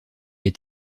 est